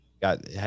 got